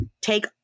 Take